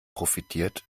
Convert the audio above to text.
profitiert